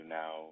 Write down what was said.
now